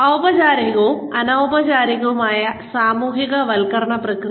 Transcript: ഔപചാരികവും അനൌപചാരികവുമായ സാമൂഹികവൽക്കരണ പ്രക്രിയ